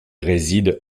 réside